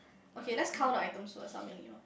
okay let's count the items first how many